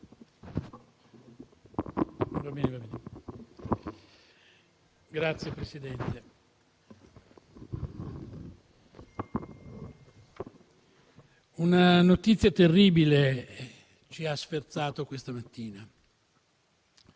Signor Presidente, una notizia terribile ci ha sferzato questa mattina: